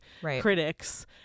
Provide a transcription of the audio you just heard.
critics